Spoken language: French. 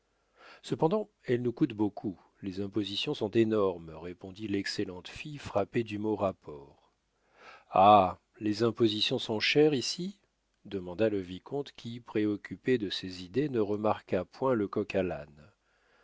cependant elle nous coûte beaucoup les impositions sont énormes répondit l'excellente fille frappée du mot rapport ah les impositions sont chères ici demanda le vicomte qui préoccupé de ses idées ne remarqua point le